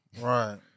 Right